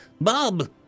Bob